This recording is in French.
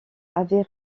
avaient